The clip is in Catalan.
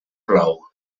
plou